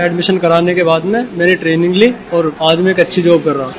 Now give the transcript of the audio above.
admission कराने के बाद में मैंने ट्रेनिंग ली और बाद में मं अच्छी जॉब कर रहा हूँ